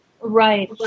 Right